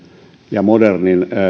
ja modernin